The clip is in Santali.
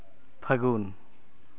ᱯᱷᱟᱹᱜᱩᱱ